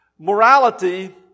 Morality